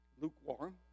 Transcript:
lukewarm